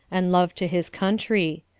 and love to his country.